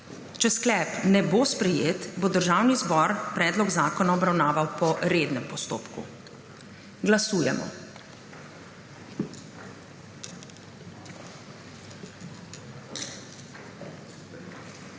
Če sklep ne bo sprejet, bo Državni zbor predlog zakona obravnaval po rednem postopku. Glasujemo.